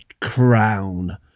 crown